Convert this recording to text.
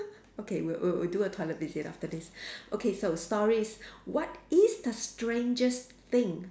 okay we'll we'll we'll do a toilet visit after this okay so stories what is the strangest thing